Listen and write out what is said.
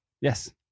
Yes